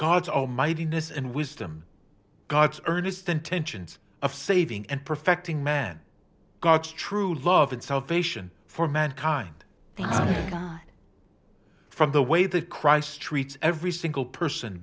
miss and wisdom god's earnest intentions of saving and perfecting man god's true love and salvation for mankind but from the way that christ treats every single person